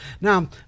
Now